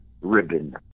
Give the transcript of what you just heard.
Ribbon